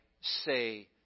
say